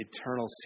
eternal